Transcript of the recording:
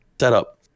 setup